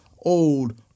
old